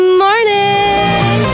morning